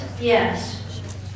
yes